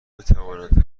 بتوانند